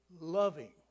loving